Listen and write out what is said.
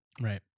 right